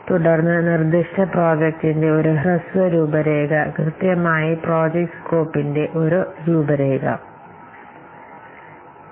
തുടർന്ന് നിർദ്ദിഷ്ട പദ്ധതിയെക്കുറിച്ച് ഇവിടെ പ്രോജക്റ്റ് സ്കോപ്പിന്റെ എല്ലാ രൂപരേഖകളും